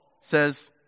says